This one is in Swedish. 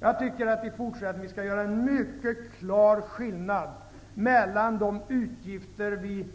Jag tycker att vi i fortsättningen skall göra en mycket klar skillnad mellan de utgifter som vi